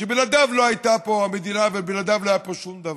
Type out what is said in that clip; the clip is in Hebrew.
שבלעדיו לא הייתה פה המדינה ובלעדיו לא היה פה שום דבר.